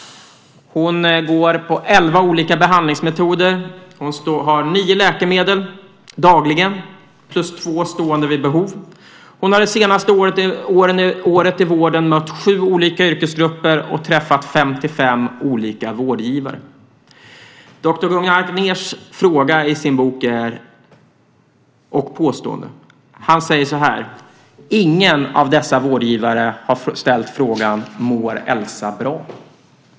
Hon går på elva olika behandlingsmetoder. Hon har nio läkemedel dagligen plus två stående vid behov. Hon har det senaste året i vården mött sju olika yrkesgrupper och träffat 55 olika vårdgivare. Doktor Gunnar Akners gör följande påstående i sin bok: Ingen av dessa vårdgivare har ställt frågan: Mår Elsa bra?